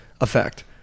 effect